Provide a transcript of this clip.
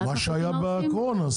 מה שהיה בקורונה.